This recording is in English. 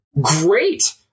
great